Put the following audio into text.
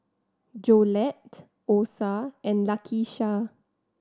Jolette Osa and Lakisha